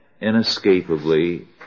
inescapably